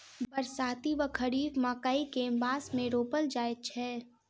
बरसाती वा खरीफ मकई केँ मास मे रोपल जाय छैय?